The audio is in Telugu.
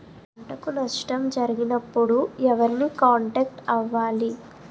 పంటకు నష్టం జరిగినప్పుడు ఎవరిని కాంటాక్ట్ అవ్వాలి?